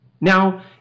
Now